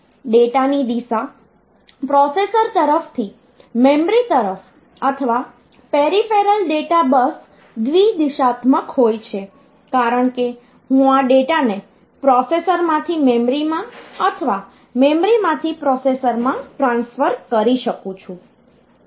data ની દિશા processor તરફથી મેમરી તરફ અથવા પેરિફેરલ ડેટા બસ દ્વિ દિશાત્મક હોય છે કારણ કે હું આ ડેટાને પ્રોસેસરમાંથી મેમરીમાં અથવા મેમરીમાંથી પ્રોસેસરમાં ટ્રાન્સફર કરી શકું છું